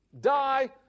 Die